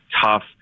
tough